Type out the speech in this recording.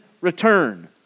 return